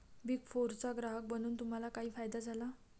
Big फोरचा ग्राहक बनून तुम्हाला काही फायदा झाला?